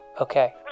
Okay